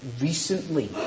recently